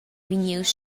vegnius